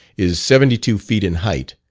is seventy two feet in height,